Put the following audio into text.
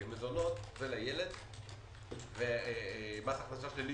כי מזונות זה לילד ומס הכנסה שלילי,